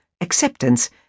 Acceptance